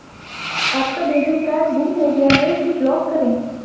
आपका debit card गुम हो गया है इसे ब्लॉक करें